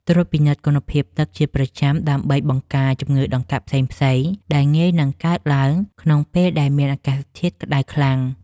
ត្រួតពិនិត្យគុណភាពទឹកជាប្រចាំដើម្បីបង្ការជំងឺដង្កាត់ផ្សេងៗដែលងាយនឹងកើតឡើងក្នុងពេលដែលមានអាកាសធាតុក្ដៅខ្លាំង។